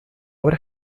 obra